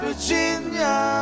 Virginia